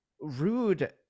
Rude